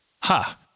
Ha